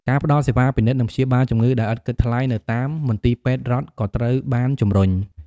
ការផ្តល់សេវាពិនិត្យ និងព្យាបាលជំងឺដោយឥតគិតថ្លៃនៅតាមមន្ទីរពេទ្យរដ្ឋក៏ត្រូវបានជំរុញ។